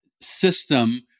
system